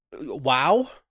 wow